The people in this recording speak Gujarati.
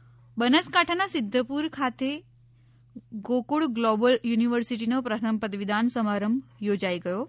સિધ્ધપુર મુખ્યમંત્રી બનાસકાંઠાના સિધ્ધપુર ખાતે ગોકુળ ગ્લોબલ યુનિવર્સીટીનો પ્રથમ પદવીદાન સમારંભ યોજાઈ ગયો